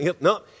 No